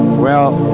well,